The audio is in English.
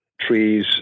trees